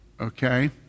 okay